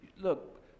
look